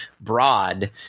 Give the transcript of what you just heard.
broad